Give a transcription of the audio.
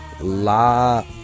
La